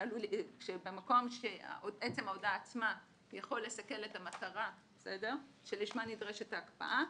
אבל במקום שעצם ההודעה עצמה יכול לסכל את המטרה שלשמה נדרשת ההקפאה,